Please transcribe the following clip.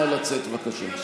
נא לצאת, בבקשה.